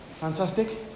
Fantastic